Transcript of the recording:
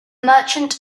merchant